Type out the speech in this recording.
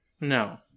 No